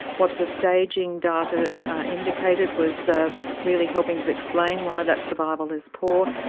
what the staging data indicated was really helping to explain why that survival is poor,